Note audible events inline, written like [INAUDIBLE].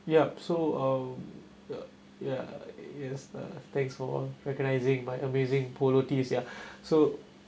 yup so um uh ya yes thanks for um recognizing my amazing polo tee ya [BREATH] so